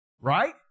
right